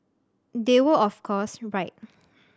they were of course right